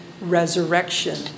resurrection